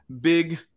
big